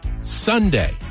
Sunday